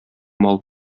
мал